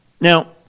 Now